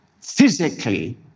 physically